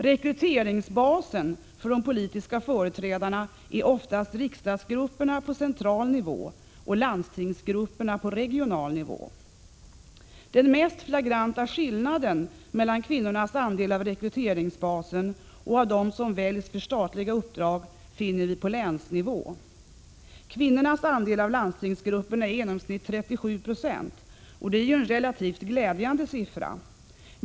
Rekryteringsbasen för de politiska företrädarna är oftast riksdagsgrupperna på central nivå och landstingsgrupperna på regional nivå. Den mest flagranta skillnaden mellan kvinnornas andel av rekryteringsbasen och av dem som väljs för statliga uppdrag finner vi på länsnivå. Kvinnornas andel av landstingsgrupperna är i genomsnitt 37 26, vilket är en relativt glädjande siffra.